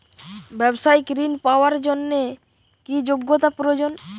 ব্যবসায়িক ঋণ পাওয়ার জন্যে কি যোগ্যতা প্রয়োজন?